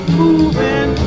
moving